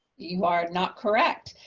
you are not correct.